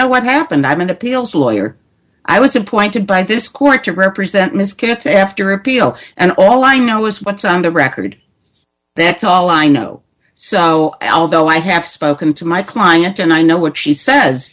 know what happened i'm an appeals lawyer i was appointed by this court to represent ms keates after appeal and all i know is what's on the record that's all i know so although i have spoken to my client and i know what she says